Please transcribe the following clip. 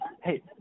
hey